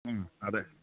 മ് അതെ